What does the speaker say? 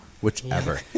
whichever